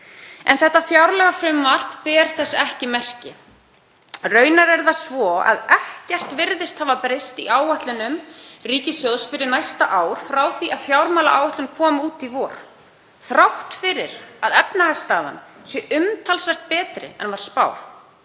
En þetta fjárlagafrumvarp ber þess ekki merki. Raunar er það svo að ekkert virðist hafa breyst í áætlunum ríkissjóðs fyrir næsta ár frá því að fjármálaáætlun kom út í vor, þrátt fyrir að efnahagsstaðan sé umtalsvert betri en var spáð.